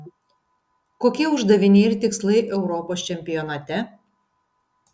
kokie uždaviniai ir tikslai europos čempionate